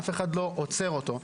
אף אחד לא עוצר אותו,